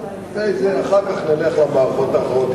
אחר כך נלך למערכות האחרות.